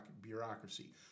bureaucracy